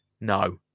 No